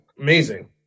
Amazing